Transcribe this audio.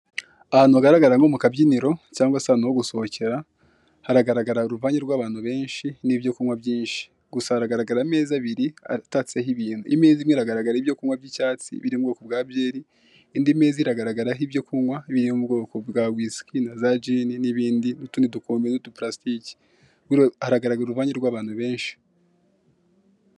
Ahantu hagaragara nko mu kabyiniro cyangwa se ahantu ho gusohokera, haragaragara uruvange rw'abantu benshi n'ibyo kunywa byinshi. Gusa hagaragara ameza abiri atatseho ibintu: imeza imwe iragaragaraho ibyo kunywa by'icyatsi biri mu bwoko bwa byeri, indi meza iragaragaraho ibyo kunywa biri mu bwoko bwa wisiki na za jini n'ibindi, n'utundi dukombe tw'udupulasitiki. Hagaragara uruvange rw'abantu benshi.